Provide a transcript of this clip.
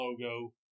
logo